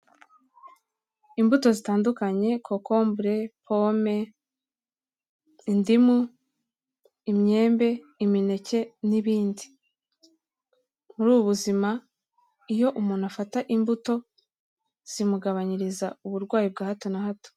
Imbuto zitandukanye, kokombure, pome, indimu, imyembe, imineke, n'ibindi. Muri ubu buzima, iyo umuntu afata imbuto, zimugabanyiriza uburwayi bwa hato na hato.